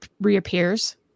reappears